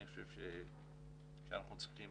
אני חושב שאנחנו צריכים